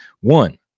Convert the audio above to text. one